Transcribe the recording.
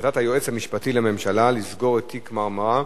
החלטת היועץ המשפטי לממשלה לסגור את תיק "מרמרה",